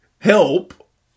help